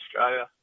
Australia